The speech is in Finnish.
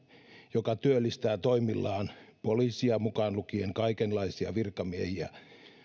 joka työllistää toimillaan poliisia mukaan lukien kaikenlaisia virkamiehiä